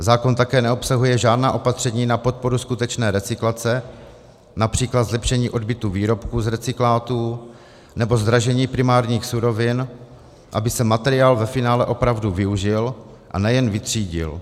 Zákon také neobsahuje žádná opatření na podporu skutečné recyklace, např. zlepšení odbytu výrobků z recyklátů nebo zdražení primárních surovin, aby se materiál ve finále opravdu využil, a nejen vytřídil.